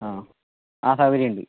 ആ ആ സൗകര്യമുണ്ട്